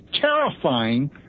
terrifying